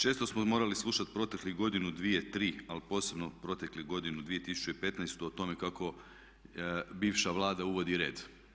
Često smo morali slušati proteklih godinu, dvije, tri ali posebno u protekloj godini 2015. o tome kako bivša Vlada uvodi red.